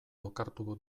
lokartu